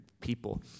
people